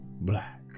black